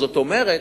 זאת אומרת,